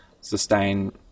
sustain